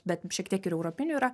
bet šiek tiek ir europinių yra